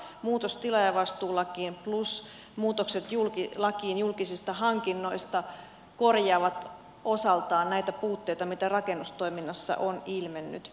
muutos tilaajavastuulakiin plus muutokset lakiin julkisista hankinnoista korjaavat osaltaan näitä puutteita joita rakennustoiminnassa on ilmennyt